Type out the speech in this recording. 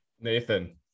Nathan